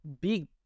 big